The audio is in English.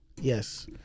Yes